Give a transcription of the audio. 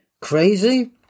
Crazy